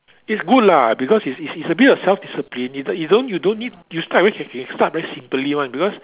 it's good lah because it's it's it's a bit of self discipline you you don't you don't need you start you start very simply one because